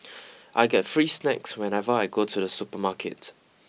I get free snacks whenever I go to the supermarket